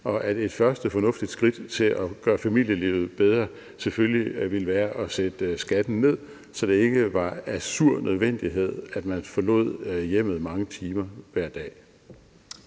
og at et første fornuftigt skridt til at gøre familielivet bedre selvfølgelig ville være at sætte skatten ned, så det ikke var af sur nødvendighed, at man forlod hjemmet mange timer hver dag.